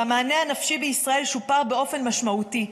שהמענה הנפשי בישראל שופר באופן משמעותי,